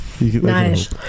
Nice